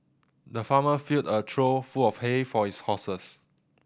the farmer filled a trough full of hay for his horses